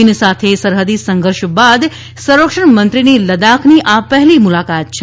ચીન સાથે સરહદી સંઘર્ષ બાદ સંરક્ષણ મંત્રીની લડાખની આ પહેલી મુલાકાત છે